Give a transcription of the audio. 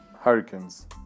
Hurricanes